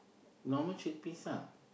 normal chickpeas lah